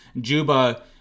Juba